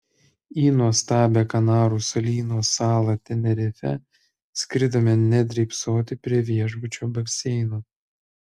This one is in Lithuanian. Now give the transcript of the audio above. į nuostabią kanarų salyno salą tenerifę skridome ne drybsoti prie viešbučio baseino